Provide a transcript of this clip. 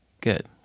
good